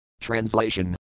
Translation